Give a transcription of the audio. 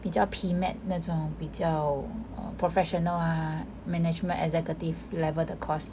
比较 P_M_E_T 那种比较 err professional ah management executive level 的 course